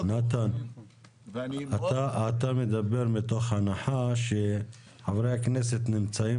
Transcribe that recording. אתה מדבר מתוך הנחה שחברי הכנסת נמצאים